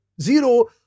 zero